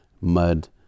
mud